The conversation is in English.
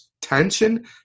tension